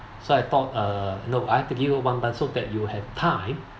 so I thought uh nope I have to give you one month so that you have time